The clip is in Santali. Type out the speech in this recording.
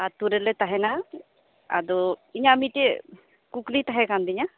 ᱛᱚ ᱤᱧᱟᱜ ᱢᱤᱫᱴᱮᱱ ᱠᱩᱠᱞᱤ ᱛᱟᱦᱮᱸ ᱠᱟᱱ ᱛᱤᱧᱟᱹ